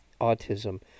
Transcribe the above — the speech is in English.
autism